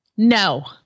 No